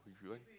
if you want